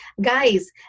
Guys